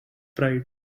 pride